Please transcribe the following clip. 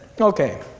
Okay